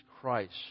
Christ